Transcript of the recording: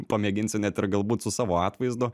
pamėginsiu net ir galbūt su savo atvaizdu